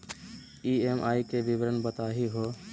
EMI के विवरण बताही हो?